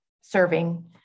serving